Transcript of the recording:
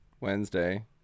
wednesday